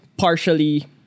partially